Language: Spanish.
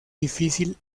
difícil